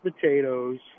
potatoes